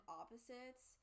opposites